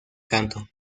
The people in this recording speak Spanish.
canto